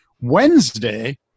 Wednesday